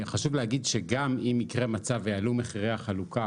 חשוב להגיד שגם אם יקרה מצב ויעלו מחירי החלוקה,